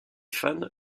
fans